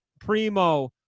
Primo